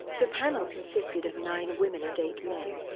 the panel consisted of nine women and eight men.